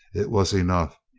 it was enough,